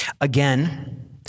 Again